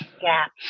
gaps